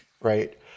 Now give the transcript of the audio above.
right